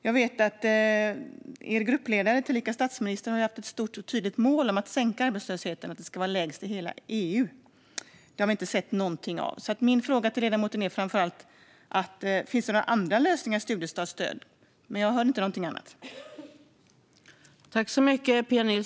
Jag vet att er gruppledare och även statsministern har haft ett stort och tydligt mål om att sänka arbetslösheten till den lägsta i EU. Det har vi dock inte sett någonting av. Min fråga till ledamoten är framför allt om det finns några andra lösningar än studiestartsstöd. Jag hör nämligen ingenting annat.